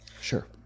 sure